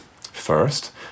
First